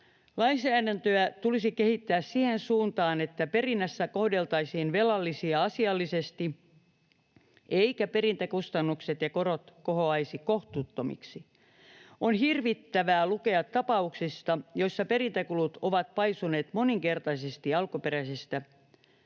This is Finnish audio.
Lainsäädäntöä tulisi kehittää siihen suuntaan, että perinnässä kohdeltaisiin velallisia asiallisesti eivätkä perintäkustannukset ja korot kohoaisi kohtuuttomiksi. On hirvittävää lukea tapauksista, joissa perintäkulut ovat paisuneet moninkertaisesti alkuperäistä saatavaa